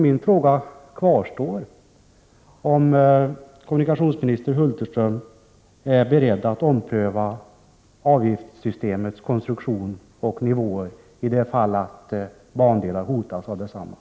Min fråga kvarstår alltså: Är kommunikationsminister Hulterström beredd att ompröva avgiftssystemets konstruktion och nivåer i de fall då bandelar hotas genom detta system?